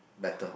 better